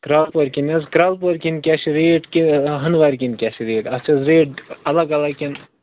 کرٛالہٕ پورِ کِنۍ حظ کرٛالہٕ پورِ کِنۍ کیٛاہ چھِ ریٹ کہِ ہنٛدراوِ کِنۍ کیٛاہ چھِ ریٹ اتھ چھِ حظ ریٹ الگ الگ کِنہٕ